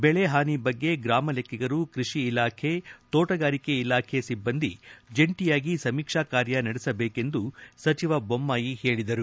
ಬೆಳೆ ಹಾನಿ ಬಗ್ಗೆ ಗ್ರಾಮ ಲೆಕ್ಕಿಗರು ಕೃಷಿ ಇಲಾಖೆ ತೋಟಗಾರಿಕೆ ಇಲಾಖೆ ಸಿಬ್ಬಂದಿ ಜಂಟಿಯಾಗಿ ಸಮೀಕ್ಷಾ ಕಾರ್ಯ ನಡೆಸಬೇಕೆಂದು ಸಚಿವ ಬೊಮ್ಬಾಯಿ ಹೇಳಿದರು